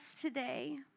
today